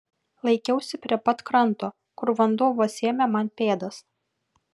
laikiausi prie pat kranto kur vanduo vos sėmė man pėdas